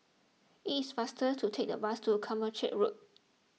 it is faster to take the bus to Carmichael Road